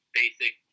basic